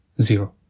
zero